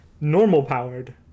normal-powered